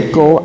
go